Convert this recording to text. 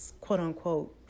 quote-unquote